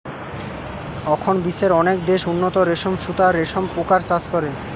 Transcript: অখন বিশ্বের অনেক দেশ উন্নত রেশম সুতা আর রেশম পোকার চাষ করে